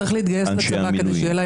צריך להתגייס לצבא כדי שיהיה להם אכפת.